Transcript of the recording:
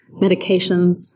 medications